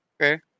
Okay